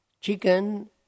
Chicken